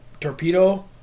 torpedo